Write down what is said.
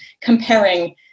comparing